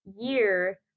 year